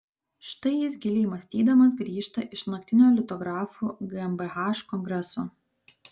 štai jis giliai mąstydamas grįžta iš naktinio litografų gmbh kongreso